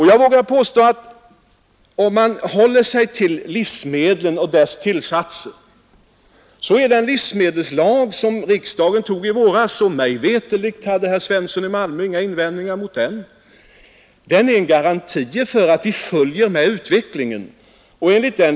Jag vågar påstå, att om man håller sig till livsmedlen och deras tillsatser, så ger den livsmedelslag som riksdagen antog i våras — och mig veterligt hade herr Svensson i Malmö inga invändningar mot det beslutet — garantier för att vi följer med utvecklingen.